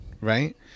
Right